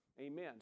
Amen